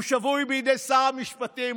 הוא שבוי בידי שר המשפטים,